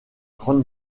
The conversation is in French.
grande